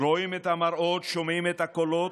רואים את המראות, שומעים את הקולות,